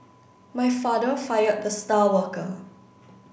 my father fired the star worker